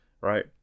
Right